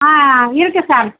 ஆ இருக்கு சார்